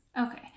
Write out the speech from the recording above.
Okay